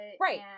right